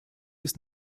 ist